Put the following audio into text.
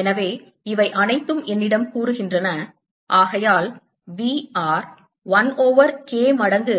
எனவே இவை அனைத்தும் என்னிடம் கூறுகின்றன ஆகையால் V r 1 ஓவர் K மடங்கு